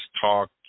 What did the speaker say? talk